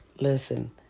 Listen